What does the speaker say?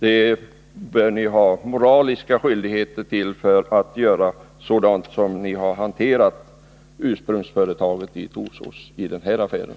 Det bör ni ha moraliska skyldigheter att göra, så som ni har hanterat ursprungsföretaget i Torsås i den här affären.